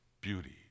beauty